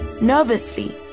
Nervously